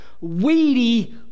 weedy